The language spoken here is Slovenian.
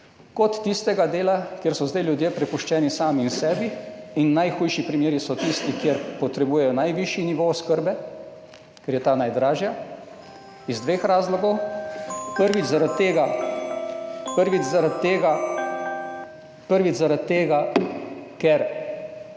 kot tistega dela, kjer so zdaj ljudje prepuščeni sami sebi, in najhujši primeri so tisti, kjer potrebujejo najvišji nivo oskrbe, ker je ta najdražja iz dveh razlogov. Prvič zaradi tega, ker